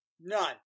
None